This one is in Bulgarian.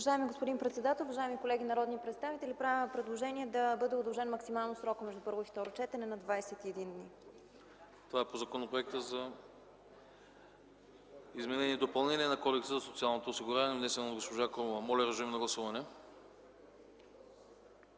Уважаеми господин председател, уважаеми колеги народни представители, правя предложение да бъде удължен максимално срокът между първо и второ четене – 21 дни. ПРЕДСЕДАТЕЛ АНАСТАС АНАСТАСОВ: Това е по Законопроекта за изменение и допълнение на Кодекса за социално осигуряване, внесен от госпожа Крумова. Моля, гласувайте.